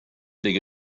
big